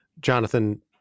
Jonathan